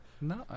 No